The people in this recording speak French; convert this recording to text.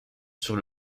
sur